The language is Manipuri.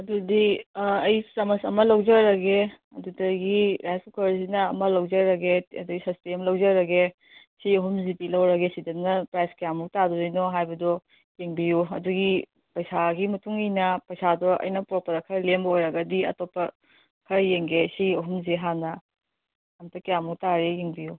ꯑꯗꯨꯗꯤ ꯑꯩ ꯆꯥꯃꯁ ꯑꯃ ꯂꯧꯖꯔꯒꯦ ꯑꯗꯨꯗꯒꯤ ꯔꯥꯏꯁ ꯀꯨꯀꯔꯁꯤꯅ ꯑꯃ ꯂꯧꯖꯔꯒꯦ ꯑꯗꯩ ꯁꯁꯄꯦꯟ ꯑꯃ ꯂꯧꯖꯔꯒꯦ ꯁꯤ ꯑꯍꯨꯝꯁꯤꯗꯤ ꯂꯧꯔꯒꯦ ꯁꯤꯗꯅ ꯄ꯭ꯔꯥꯏꯁ ꯀꯌꯥꯃꯨꯛ ꯇꯥꯗꯣꯏꯅꯣ ꯍꯥꯏꯕꯗꯣ ꯌꯦꯡꯕꯤꯌꯨ ꯑꯗꯨꯒꯤ ꯄꯩꯁꯥꯒꯤ ꯃꯇꯨꯡ ꯏꯟꯅ ꯄꯩꯁꯥꯗꯣ ꯑꯩꯅ ꯄꯨꯔꯛꯄꯗ ꯈꯔ ꯂꯦꯝꯕ ꯑꯣꯏꯔꯒꯗꯤ ꯑꯇꯣꯞꯄ ꯈꯔ ꯌꯦꯡꯒꯦ ꯁꯤ ꯑꯍꯨꯝꯁꯦ ꯍꯥꯟꯅ ꯑꯝꯇ ꯀꯌꯥꯃꯨꯛ ꯇꯥꯔꯦ ꯌꯦꯡꯕꯤꯎ